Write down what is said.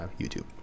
YouTube